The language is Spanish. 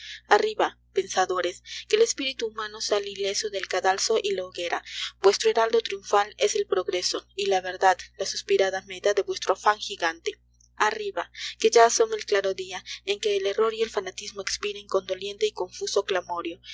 arriba pensadores que el espíritu humano sale ileso del cadalso y la hoguera vuestro heraldo triunfal es el progreso y la verdad la suspirada meta de vuestro afan jigante rriba que ya asoma el claro dia en que el error y el fanatismo espiren con goliente y confuso clamoreo